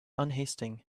unhasting